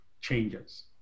changes